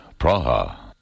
Praha